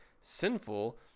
sinful